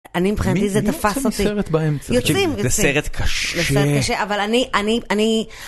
אני מבחינתי, זה תפס אותי, מי יוצא מסרט באמצע? יוצאים, יוצאים, זה סרט קשה, סרט קשה, אבל אני, אני, אני